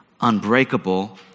unbreakable